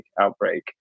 outbreak